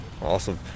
Awesome